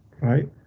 right